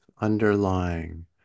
underlying